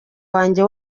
wanjye